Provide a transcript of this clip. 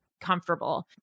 comfortable